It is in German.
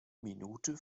minute